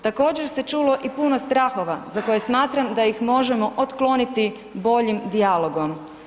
Također se čulo i puno strahova za koje smatram da ih možemo otkloniti boljim dijalogom.